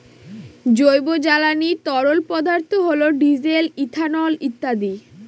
জৈব জ্বালানি তরল পদার্থ হল ডিজেল, ইথানল ইত্যাদি